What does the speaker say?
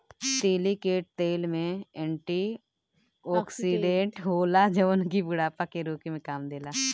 तीली के तेल एंटी ओक्सिडेंट होला जवन की बुढ़ापा के रोके में काम देला